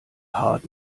hart